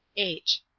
h.